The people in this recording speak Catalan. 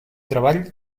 treball